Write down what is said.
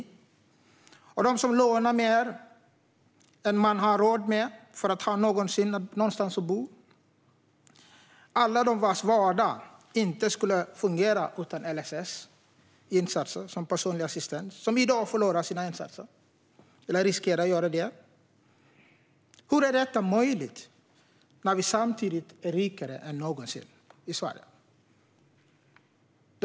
Det är de som lånar mer än de har råd med för att de ska ha någonstans att bo. Det är alla de vars vardag inte skulle fungera utan LSS-insatser som personlig assistans och som i dag förlorar sin assistans, eller som riskerar att göra det. Hur är detta möjligt när vi samtidigt är rikare än någonsin i Sverige?